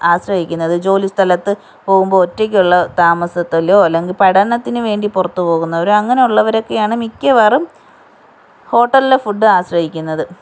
ആശ്രയിക്കുന്നത് ജോലി സ്ഥലത്ത് പോകുമ്പോൾ ഒറ്റക്കുള്ള താമസത്തിലോ അല്ലെങ്കിൽ പഠനത്തിന് വേണ്ടി പുറത്ത് പോകുന്നവരോ അങ്ങനുള്ളവരൊക്കെയാണ് മിക്കവാറും ഹോട്ടൽലെ ഫുഡ്ഡ് ആശ്രയിക്കുന്നത്